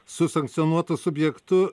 su sankcionuotu subjektu